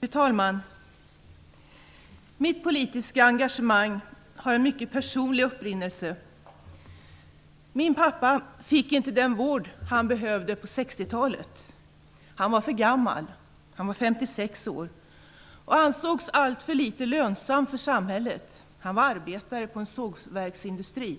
Fru talman! Mitt politiska engagemang har en mycket personlig upprinnelse. Min pappa fick inte den vård som han behövde på 60-talet. Han var för gammal. Han var 56 år och ansågs alltför litet lönsam för samhället. Han var arbetare och arbetade på en sågverksindustri.